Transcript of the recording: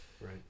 Right